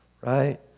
right